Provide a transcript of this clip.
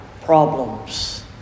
problems